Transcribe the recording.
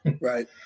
Right